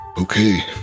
Okay